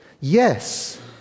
yes